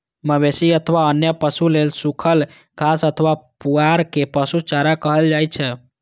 मवेशी अथवा अन्य पशु लेल सूखल घास अथवा पुआर कें पशु चारा कहल जाइ छै